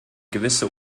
gewisse